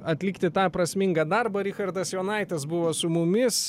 atlikti tą prasmingą darbą richardas jonaitis buvo su mumis